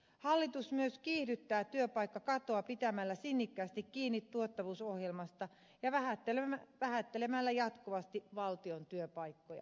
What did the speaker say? hallitus myös kiihdyttää työpaikkakatoa pitämällä sinnikkäästi kiinni tuottavuusohjelmasta ja vähentämällä jatkuvasti valtion työpaikkoja